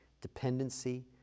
dependency